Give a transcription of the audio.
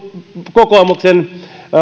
kokoomuksen